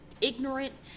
ignorant